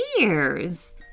ears